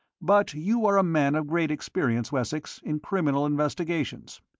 but you are a man of great experience, wessex, in criminal investigations.